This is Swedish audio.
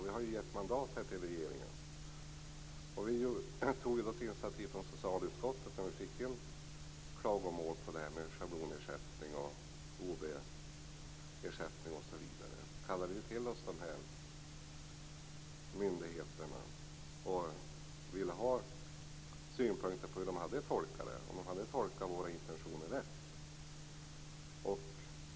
Vi har gett mandat till regeringen. Vi tog ett initiativ från socialutskottet när vi fick in klagomål om schablonersättningen, OB ersättningen osv. Vi kallade till oss representanter för de här myndigheterna och ville ha synpunkter på hur de hade tolkat reglerna, om de hade tolkat våra intentioner rätt.